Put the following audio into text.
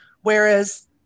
whereas